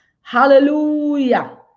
Hallelujah